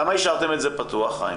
למה השארתם את זה פתוח, חיים?